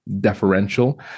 deferential